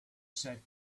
sat